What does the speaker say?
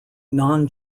non